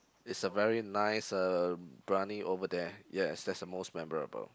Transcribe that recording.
it's a very nice uh biryani over there yes that's the most memorable